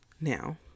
Now